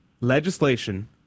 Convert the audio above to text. legislation